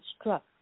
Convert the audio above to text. struck